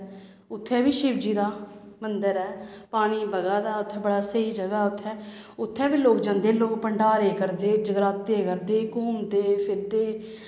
उत्थें बी शिवजी दा मन्दर ऐ पानी बगा दे उत्थै बड़ा स्हेई जगह् ऐ उत्थें उत्थें बी लोग जंदे लोक भंडारे करदे जगराते करदे घूमदे फिरदे